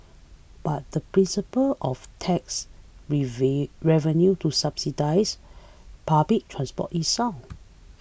but the principle of tax revenue to subsidise public transport is sound